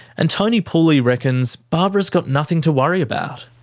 and tony pooley reckons barbara's got nothing to worry about.